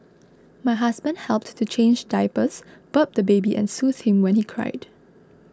my husband helped to change diapers burp the baby and soothe him when he cried